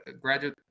graduate